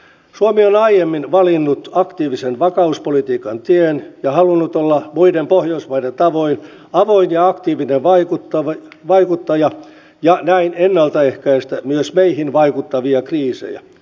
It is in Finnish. suomi on aiemmin valinnut aktiivisen vakauspolitiikan tien ja halunnut olla muiden pohjoismaiden tavoin avoin ja aktiivinen vaikuttaja ja näin ennalta ehkäistä myös meihin vaikuttavia kriisejä